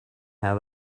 how